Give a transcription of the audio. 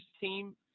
team